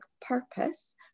purpose